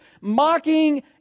mocking